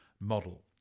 model